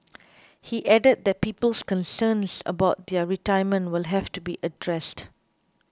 he added that people's concerns about their retirement will have to be addressed